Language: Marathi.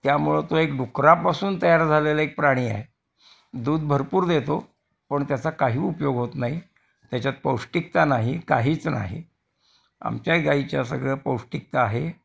त्यामुळं तो एक डुकरापासून तयार झालेला एक प्राणी आहे दूध भरपूर देतो पण त्याचा काही उपयोग होत नाही त्याच्यात पौष्टिकता नाही काहीच नाही आमच्या गाईच्या सगळं पौष्टिकता आहे